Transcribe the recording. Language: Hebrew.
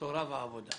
תורה ועבודה.